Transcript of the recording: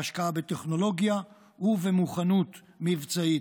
ההשקעה בטכנולוגיה ובמוכנות מבצעית,